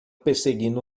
perseguindo